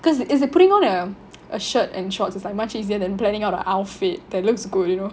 cause it's the putting on a a shirt and shorts is like much easier than planning out a outfit that looks good you know